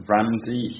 Ramsey